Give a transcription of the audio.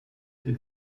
den